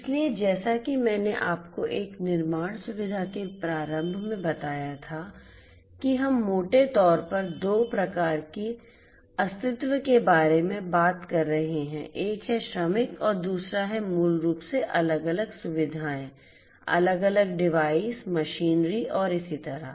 इसलिए जैसा कि मैंने आपको एक निर्माण सुविधा के प्रारंभ में बताया था कि हम मोटे तौर पर 2 प्रकार की अस्तित्व के बारे में बात कर रहे हैं एक है श्रमिक और दूसरा है मूल रूप से अलग अलग सुविधाएं अलग अलग डिवाइस मशीनरी और इसी तरह